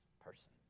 person